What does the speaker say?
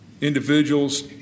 individuals